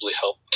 help